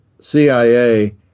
CIA